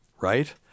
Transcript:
right